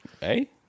hey